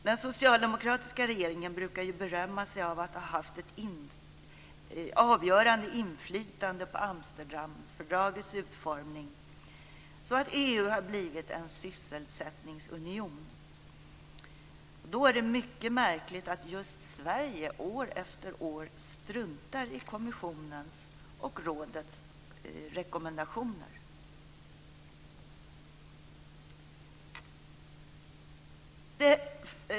Den socialdemokratiska regeringen brukar berömma sig av att ha haft ett avgörande inflytande på Amsterdamfördragets utformning så att EU har blivit en sysselsättningsunion. Då är det mycket märkligt att just Sverige år efter år struntar i kommissionens och rådets rekommendationer.